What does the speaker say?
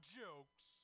jokes